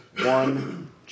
one